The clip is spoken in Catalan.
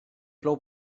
plou